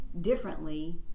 differently